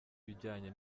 ibijyanye